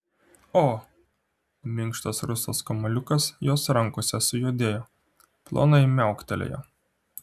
o minkštas rusvas kamuoliukas jos rankose sujudėjo plonai miauktelėjo